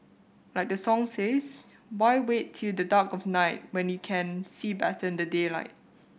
like the song says why wait till the dark of night when you can see better in the daylight